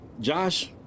Josh